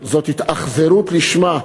זאת התאכזרות לשמה.